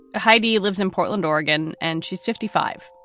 heidi lives in portland, oregon, and she's fifty five.